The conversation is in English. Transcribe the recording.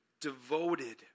devoted